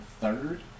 third